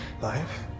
Life